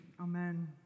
amen